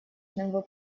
успешным